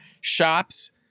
shops